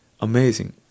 amazing